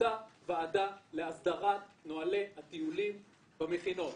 הייתה ועדה להסדרת נהלי הטיולים במכינות.